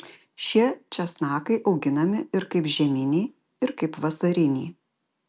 šie česnakai auginami ir kaip žieminiai ir kaip vasariniai